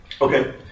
Okay